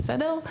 בסדר?